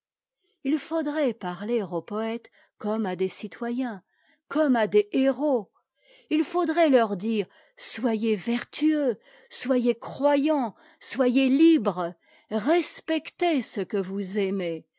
il faudrait parler aux poëtes comme à des citoyens comme à des héros ilfaudrait leur dire soyez vertueux soyez croyants soyez libres respectez ce que vous aimez